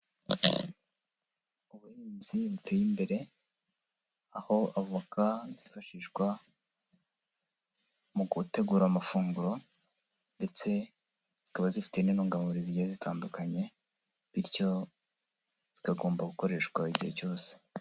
Ubuhinzi buteye imbere, aho avoka zifashishwa mu gutegura amafunguro, ndetse zikaba zifite n'intungamubiri zigiye zitandukanye, bityo zikagomba gukoreshwa igihe cyose.